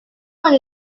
went